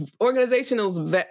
organizational